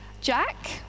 Jack